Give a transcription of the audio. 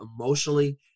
emotionally